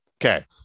okay